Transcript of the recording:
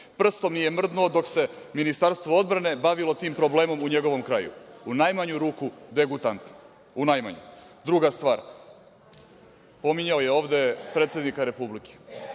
Prstom nije mrdnuo dok se Ministarstvo odbrane bavilo tim problemom u njegovom kraju. U najmanju ruku, to je degutantno. Drugo, pominjao je ovde predsednika Republike.